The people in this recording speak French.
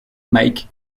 mike